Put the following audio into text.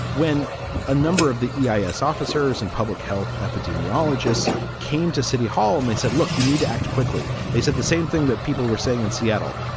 when a number of the e ah s. officers and public health epidemiologists came to city hall and they said, look, you need to act quickly, they said the same thing that people were saying in seattle.